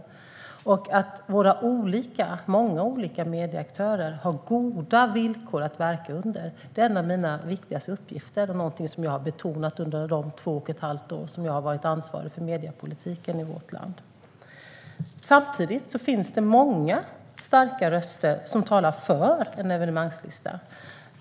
Att se till att våra många olika medieaktörer har goda villkor att verka under är en av mina viktigaste uppgifter och någonting som jag har betonat under de två och ett halvt år som jag har varit ansvarig för mediepolitiken i vårt land. Samtidigt finns det många starka röster som talar för en evenemangslista.